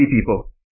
people